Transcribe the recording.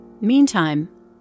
Meantime